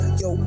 yo